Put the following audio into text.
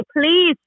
please